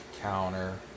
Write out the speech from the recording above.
counter